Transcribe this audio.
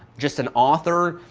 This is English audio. just an author,